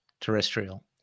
terrestrial